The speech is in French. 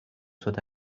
soit